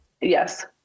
yes